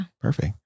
Perfect